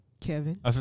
Kevin